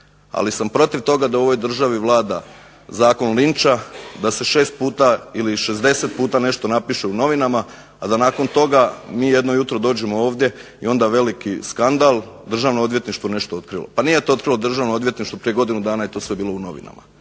Ali sam protiv toga da u ovoj državi vlada zakon linča, da se šest puta ili 60 puta nešto napiše u novinama, a da nakon toga mi jedno jutro dođemo ovdje i onda veliki skandal. Državno odvjetništvo je nešto otkrilo! Pa nije to otkrilo Državno odvjetništvo. Prije godinu dana je to sve bilo u novinama.